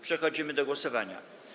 Przechodzimy do głosowania.